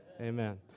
Amen